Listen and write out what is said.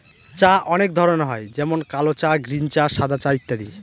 চা অনেক ধরনের হয় যেমন কাল চা, গ্রীন চা, সাদা চা ইত্যাদি